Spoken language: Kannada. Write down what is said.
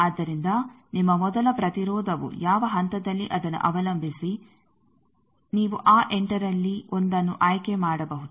ಆದ್ದರಿಂದ ನಿಮ್ಮ ಮೊದಲ ಪ್ರತಿರೋಧವು ಯಾವ ಹಂತದಲ್ಲಿ ಅದನ್ನು ಅವಲಂಬಿಸಿ ನೀವು ಆ 8ರಲ್ಲಿ 1ಅನ್ನು ಆಯ್ಕೆ ಮಾಡಬಹುದು